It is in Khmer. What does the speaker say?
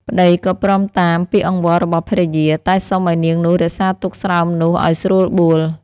ប្ដីក៏ព្រមតាម ពាក្យអង្វររបស់ភរិយា តែសុំឱ្យនាងនោះរក្សាទុកស្រោមនោះឱ្យស្រួលបួល។